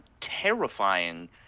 terrifying